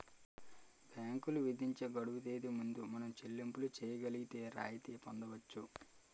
బ్యాంకులు విధించే గడువు తేదీ ముందు మనం చెల్లింపులు చేయగలిగితే రాయితీ పొందవచ్చు